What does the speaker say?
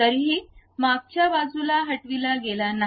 तरीही मागच्या बाजूला हटविला गेला नाही